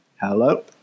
Hello